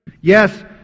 Yes